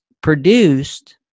produced